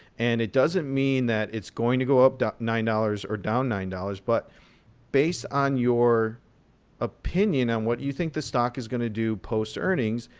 and it doesn't mean that it's going to go up nine dollars or down nine dollars, but based on your opinion on what you think the stock is going to do post earnings,